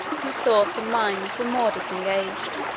whose thoughts and minds were more disengaged.